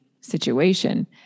situation